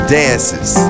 dances